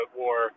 war